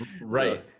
Right